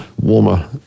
warmer